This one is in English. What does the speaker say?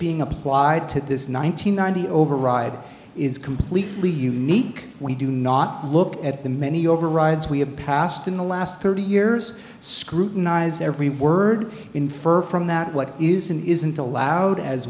being applied to this one nine hundred ninety override is completely unique we do not look at the many overrides we have passed in the last thirty years scrutinize every word infer from that what isn't isn't allowed as